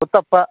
uttappa